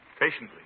Patiently